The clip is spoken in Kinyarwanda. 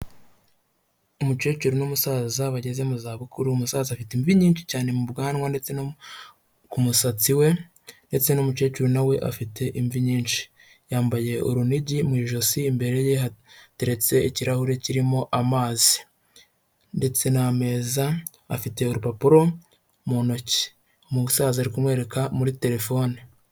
Umukecuru n'umusaza bageze mu zabukuru, umusaza afite imvi nyinshi cyane mu bwanwa ndetse no ku musatsi we ndetse n'umukecuru nawe afite imvi nyinshi, yambaye urunigi mu ijosi imbere ye hateretse ikirahure kirimo amazi ndetse n'ameza, afite urupapuro mu ntoki, umusaza ari kumwereka muri telefone.